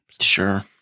Sure